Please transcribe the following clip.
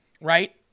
right